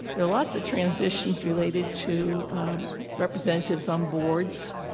there are lots of transitions related to representatives on boards,